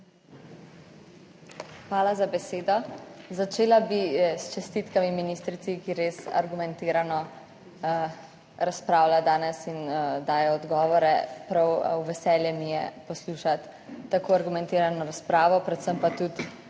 Hvala za besedo. Začela bi s čestitkami ministrici, ki res argumentirano razpravlja danes in daje odgovore. Prav v veselje mi je poslušati tako argumentirano razpravo, predvsem pa tudi